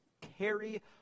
Carry